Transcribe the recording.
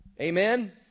amen